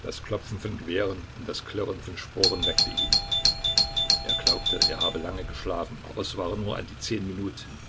das klopfen von gewehren und das klirren von sporen weckte ihn er glaubte er habe lange geschlafen aber es waren nur an die zehn minuten